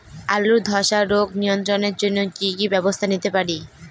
আলুর ধ্বসা রোগ নিয়ন্ত্রণের জন্য কি কি ব্যবস্থা নিতে পারি?